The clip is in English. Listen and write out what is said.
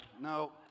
no